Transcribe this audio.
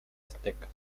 aztecas